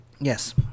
Yes